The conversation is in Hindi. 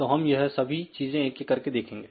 तो हम यह सभी चीजें एक एक करके देखेंगे